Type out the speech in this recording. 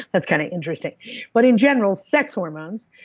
that's kind of interesting but in general, sex hormones,